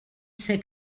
ser